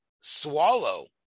Swallow